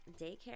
daycare